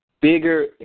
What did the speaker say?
bigger